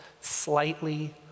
slightly